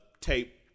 tape